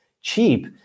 cheap